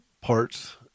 parts